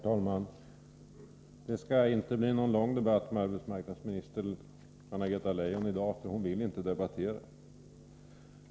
Herr talman! Det skall inte bli någon lång debatt med arbetsmarknadsminister Anna-Greta Leijon i dag, för hon viil inte debattera.